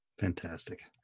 Fantastic